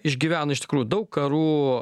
išgyvena iš tikrųjų daug karų